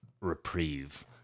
reprieve